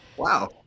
Wow